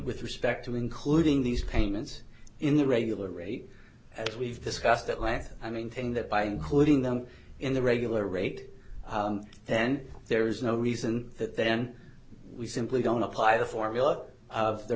with respect to including these payments in the regular rate as we've discussed at length i maintain that by including them in the regular rate then there is no reason that then we simply don't apply the formula of the